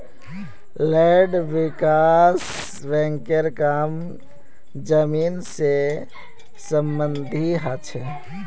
land विकास बैंकेर काम जमीन से सम्बंधित ह छे